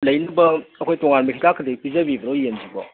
ꯂꯩꯅꯕ ꯑꯩꯈꯣꯏ ꯇꯣꯉꯥꯟꯕ ꯍꯤꯗꯥꯛꯀꯗꯤ ꯄꯤꯖꯕꯤꯕ꯭ꯔꯣ ꯌꯦꯟꯁꯤꯕꯣ